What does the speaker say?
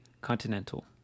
continental